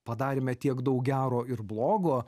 padarėme tiek daug gero ir blogo